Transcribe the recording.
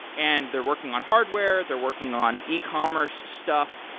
and they're working on hardware, they're working on ecommerce stuff.